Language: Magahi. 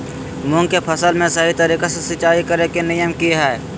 मूंग के फसल में सही तरीका से सिंचाई करें के नियम की हय?